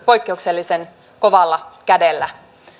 poikkeuksellisen kovalla kädellä